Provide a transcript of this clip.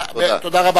תודה.